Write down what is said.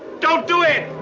don't do it!